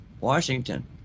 Washington